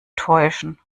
täuschen